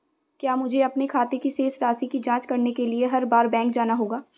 क्या मुझे अपने खाते की शेष राशि की जांच करने के लिए हर बार बैंक जाना होगा?